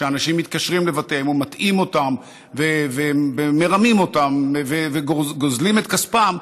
כשאנשים מתקשרים לבתיהם ומטעים אותם ומרמים אותם וגוזלים את כספם,